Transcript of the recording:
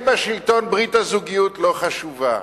כשנהיה בשלטון ברית הזוגיות לא חשובה.